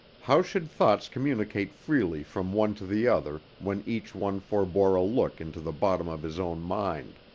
how should thoughts communicate freely from one to the other when each one forbore a look into the bottom of his own mind?